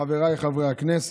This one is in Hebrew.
חבריי חברי הכנסת,